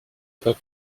pas